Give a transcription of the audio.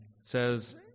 says